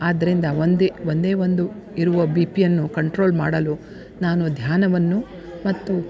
ಆದ್ದರಿಂದ ಒಂದೇ ಒಂದೇ ಒಂದು ಇರುವ ಬಿ ಪಿಯನ್ನು ಕಂಟ್ರೋಲ್ ಮಾಡಲು ನಾನು ಧ್ಯಾನವನ್ನು ಮತ್ತು